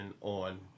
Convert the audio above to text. on